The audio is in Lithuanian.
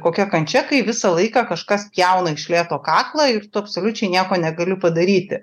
kokia kančia kai visą laiką kažkas pjauna iš lėto kaklą ir tu absoliučiai nieko negali padaryti